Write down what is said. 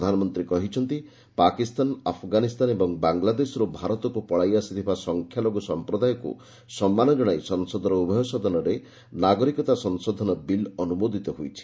ପ୍ରଧାନମନ୍ତ୍ରୀ କହିଛନ୍ତି' ପାକିସ୍ତାନ ଆଫଗାନିସ୍ଥାନ ଏବଂ ବାଂଲାଦେଶରୁ ଭାରତକୁ ପଳାଇ ଆସିଥିବା ସଂଖ୍ୟାଲଘୁ ସମ୍ପ୍ରଦାୟକୁ ସମ୍ମାନ ଜଣାଇ ସଂସଦର ଉଭୟ ସଦନରେ ନାଗରିକତ୍ୱ ସଂଶୋଧନ ବିଲ୍ ଅନୁମୋଦିତ ହୋଇଛି